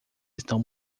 estão